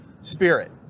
spirit